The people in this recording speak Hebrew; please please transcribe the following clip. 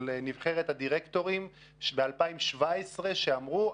של נבחרת הדירקטורים מ-2017 שאמרו,